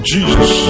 Jesus